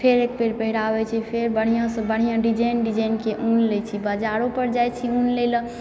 फेर एकबेर पहिराबै छी फेर बढ़िआँसँ बढ़िआँ डिजाइन डिजाइनके ऊन लैत छी बाजारो पर जाइत छी ऊन लयलऽ